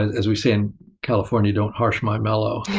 as we say in california don't harsh my mellow.